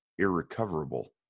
irrecoverable